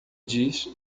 diz